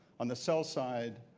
on the sell side,